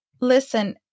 listen